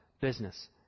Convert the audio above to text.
business